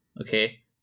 Okay